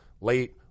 late